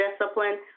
discipline